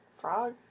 frog